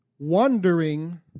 wondering